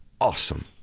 Awesome